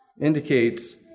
indicates